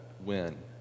win